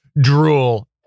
drool